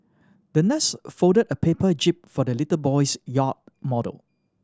the nurse folded a paper jib for the little boy's yacht model